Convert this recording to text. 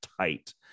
tight